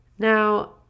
Now